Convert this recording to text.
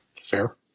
Fair